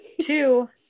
Two